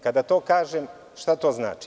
Kada to kažem, šta to znači?